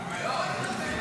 שמיים.